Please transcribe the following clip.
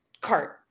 cart